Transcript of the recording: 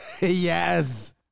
Yes